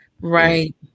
right